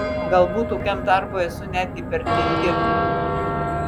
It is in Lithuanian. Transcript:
galbūt tokiam darbui esu netgi per tingi